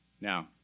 Now